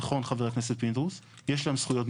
נכון חבר הכנסת פינדרוס, יש להם זכויות.